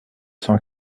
cent